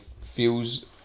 feels